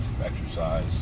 exercise